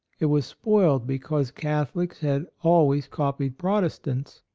it was spoiled because catholics had always copied protestants.